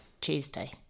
Tuesday